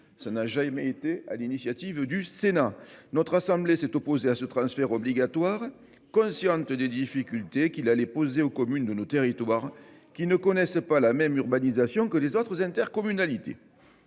Sénat. Qui a voté la loi NOTRe ? Notre assemblée s'est opposée à ce transfert obligatoire, consciente des difficultés qu'il allait poser aux communes de nos territoires qui ne connaissent pas la même urbanisation que les autres intercommunalités.